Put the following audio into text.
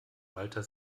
walter